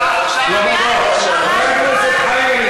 לא מתאים לך.